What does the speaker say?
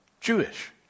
Jewish